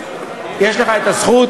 יש לך זכות,